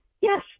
Yes